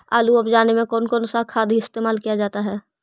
आलू अब जाने में कौन कौन सा खाद इस्तेमाल क्या जाता है?